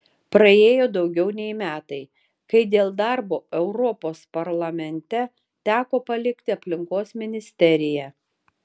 praėjo daugiau nei metai kai dėl darbo europos parlamente teko palikti aplinkos ministeriją